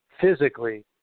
physically